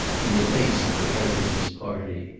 in the face of the president's party.